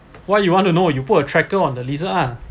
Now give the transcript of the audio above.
why you want to know you put a tracker on the lizard ah